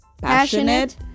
passionate